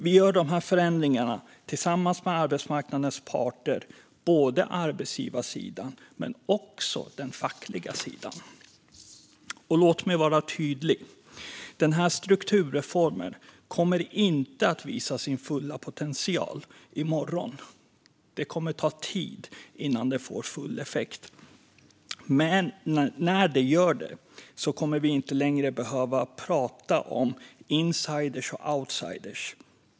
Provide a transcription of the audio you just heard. Vi gör dessa förändringar tillsammans med arbetsmarknadens parter, både arbetsgivarsidan och den fackliga sidan. Låt mig vara tydlig. Den här strukturreformen kommer inte att visa sin fulla potential i morgon. Det kommer att ta tid innan den får full effekt. Men när den gör det kommer vi inte längre att behöva prata om insider och outsider.